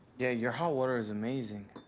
yeah your hot water is amazing.